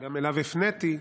שגם אליו הפניתי,